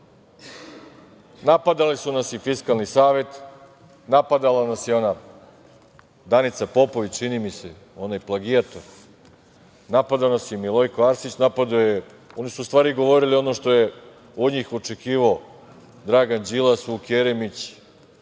Napadali su nas, i Fiskalni savet, napadala nas je ona Danica Popović, čini mi se, onaj plagijator, napadao nas je i Milojko Arsić. Oni su u stvari govorili ono što je od njih očekivao Dragan Đilas, Vuk Jeremić,